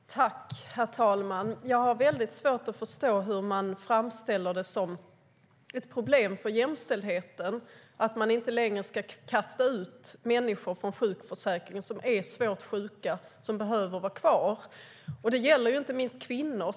STYLEREF Kantrubrik \* MERGEFORMAT Svar på interpellationerHerr talman! Jag har väldigt svårt att förstå hur man framställer det som ett problem för jämställdheten att man inte längre ska kasta ut människor från sjukförsäkringen som är svårt sjuka och som behöver vara kvar. Det gäller inte minst kvinnor.